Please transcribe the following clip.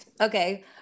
Okay